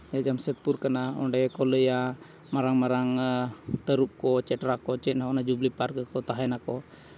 ᱱᱤᱭᱟᱹ ᱡᱟᱢᱥᱮᱫᱯᱩᱨ ᱠᱟᱱᱟ ᱚᱸᱰᱮ ᱠᱚ ᱞᱟᱹᱭᱟ ᱢᱟᱨᱟᱝ ᱢᱟᱨᱟᱝ ᱛᱟᱹᱨᱩᱯ ᱠᱚ ᱪᱮᱴᱨᱟ ᱠᱚ ᱪᱮᱫ ᱦᱚᱸ ᱚᱱᱟ ᱡᱩᱵᱽᱞᱤ ᱯᱟᱨᱠ ᱨᱮᱠᱚ ᱛᱟᱦᱮᱸᱱᱟᱠᱚ